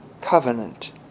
covenant